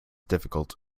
difficult